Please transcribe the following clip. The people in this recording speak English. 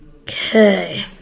Okay